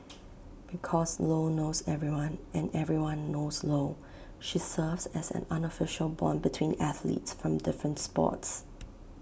because lo knows everyone and everyone knows lo she serves as an unofficial Bond between athletes from different sports